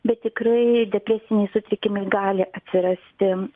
bet tikrai depresiniai sutrikimai gali atsirasti